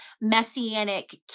messianic